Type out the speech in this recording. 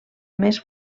més